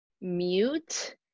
mute